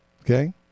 Okay